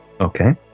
Okay